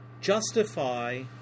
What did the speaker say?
justify